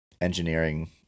engineering